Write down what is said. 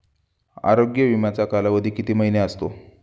आरोग्य विमाचा कालावधी किती महिने असतो?